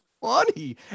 funny